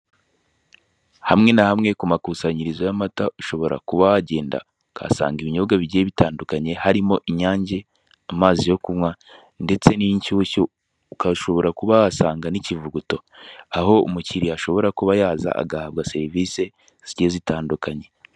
Hamwe na hamwe ku makusanyirizo y'amata ushobora kuba wagenda ukahasanga ibinyobwa bigiye bitandukanye harimo inyange, amazi yo kunywa, ndetse n'inshyushyu, ukashobora kuba wahasanga n'ikivuguto. Aho umukiliya ashobora kuba yaza agahabwa serivise zigiye zitandukanye.